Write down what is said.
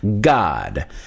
God